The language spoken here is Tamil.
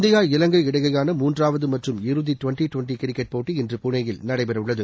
இந்தியா இலங்கை இடையேயான மூன்றாவது மற்றும் இறுதி ட்வென்டி ட்வென்டி கிரிக்கெட் போட்டி இன்று பூனே யில் நடைபெறவுள்ளது